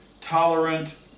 tolerant